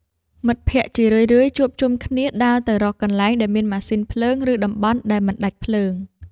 មិត្តភក្តិជារឿយៗជួបជុំគ្នាដើរទៅរកកន្លែងដែលមានម៉ាស៊ីនភ្លើង ឬតំបន់ដែលមិនដាច់ភ្លើង។